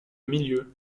milieu